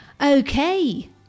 Okay